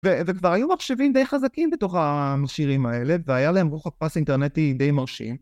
וכבר היו מחשבים די חזקים בתוך השירים האלה, והיה להם רוחב פס אינטרנטי די מרשים.